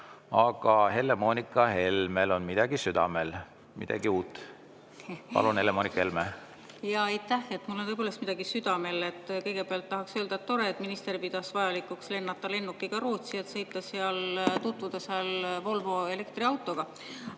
Aga Helle-Moonika Helmel on midagi südamel, midagi uut. Palun, Helle-Moonika Helme! Aitäh! Mul on tõepoolest [midagi] südamel. Kõigepealt tahaks öelda, et tore, et minister pidas vajalikuks lennata lennukiga Rootsi, et seal tutvuda Volvo elektriautoga.